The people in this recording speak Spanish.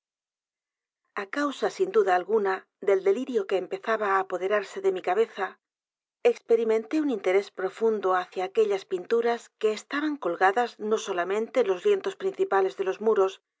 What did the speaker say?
á causa sin duda alguna del delirio que empezaba á apoderarse de mi cabeza experimenté un interés profundo hacia aquellas pinturas que estaban colgadas no solamente en los lienzos principales de los muros